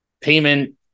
payment